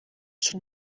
schon